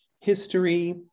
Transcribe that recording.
history